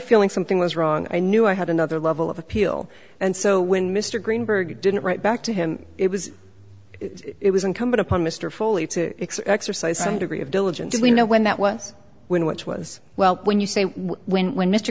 feeling something was wrong i knew i had another level of appeal and so when mr greenberg didn't write back to him it was it was incumbent upon mr foley to exercise some degree of diligence we know when that was when which was well when you say when when mr